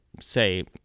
say